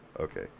Okay